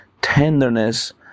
tenderness